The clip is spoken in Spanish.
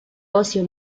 ocio